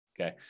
Okay